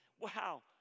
Wow